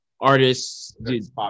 artists